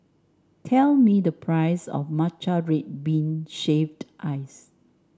tell me the price of Matcha Red Bean Shaved Ice